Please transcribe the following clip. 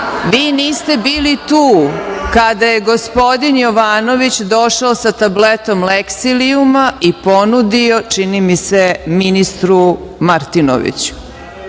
Vi niste bili tu kada je gospodin Jovanović došao sa tabletom leksilijuma i ponudio čini mi se ministru Martinoviću.